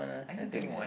are you twenty one